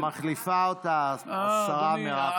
מחליפה אותה השרה מירב כהן.